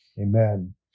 Amen